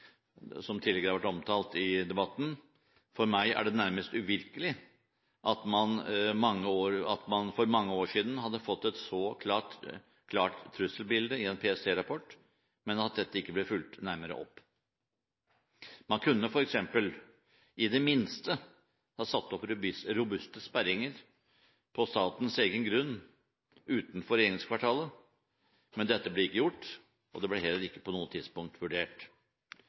som tidligere har vært omtalt i debatten. For meg er det nærmest uvirkelig at man for mange år siden hadde fått et så klart trusselbilde gjennom en PST-rapport, men at dette ikke ble fulgt nærmere opp. Man kunne f.eks. i det minste ha satt opp robuste sperringer på statens egen grunn, utenfor regjeringskvartalet. Men dette ble ikke gjort. Det ble heller ikke på noe tidspunkt vurdert.